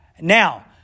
Now